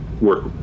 work